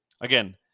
Again